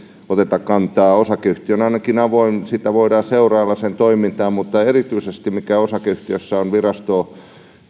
oteta kantaa osakeyhtiö on ainakin avoin ja voidaan seurailla sen toimintaa mutta erityisesti se osakeyhtiössä on virastoa